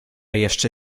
jeszcze